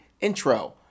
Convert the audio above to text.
intro